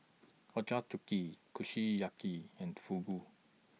Ochazuke Kushiyaki and Fugu